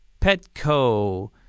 Petco